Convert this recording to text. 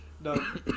No